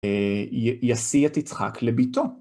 אה.. ישיא את יצחק לביתו.